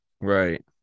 right